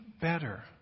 better